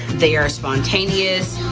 they are spontaneous,